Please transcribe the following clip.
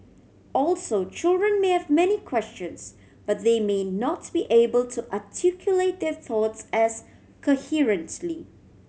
also children may have many questions but they may not be able to articulate their thoughts as coherently